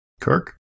Kirk